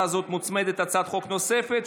להצעה הזאת מוצמדת הצעת חוק נוספת,